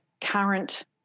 current